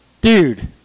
dude